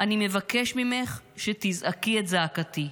אני מבקש ממך שתזעקי את זעקתי.